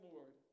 Lord